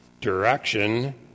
direction